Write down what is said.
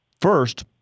first